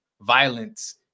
violence